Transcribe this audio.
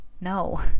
No